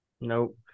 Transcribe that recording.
Nope